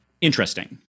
interesting